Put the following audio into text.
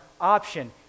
option